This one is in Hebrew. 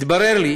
התברר לי